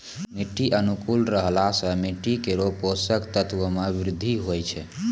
मिट्टी अनुकूल रहला सँ मिट्टी केरो पोसक तत्व म वृद्धि होय छै